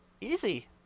easy